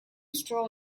straw